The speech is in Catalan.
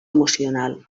emocional